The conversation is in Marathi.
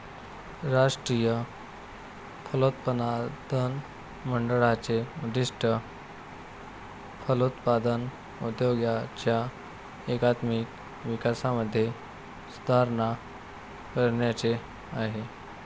राष्ट्रीय फलोत्पादन मंडळाचे उद्दिष्ट फलोत्पादन उद्योगाच्या एकात्मिक विकासामध्ये सुधारणा करण्याचे आहे